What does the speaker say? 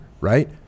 right